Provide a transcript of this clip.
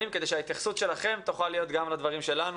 כדי שההתייחסות שלכם תוכל להיות גם לדברים שלנו.